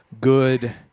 good